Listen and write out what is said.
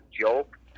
joke